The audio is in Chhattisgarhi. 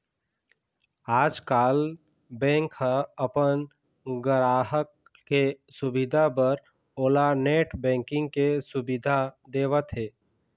आजकाल बेंक ह अपन गराहक के सुबिधा बर ओला नेट बैंकिंग के सुबिधा देवत हे